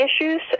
issues